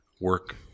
work